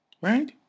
Right